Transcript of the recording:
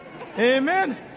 Amen